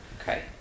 Okay